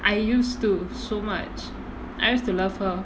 I used to so much I used to love her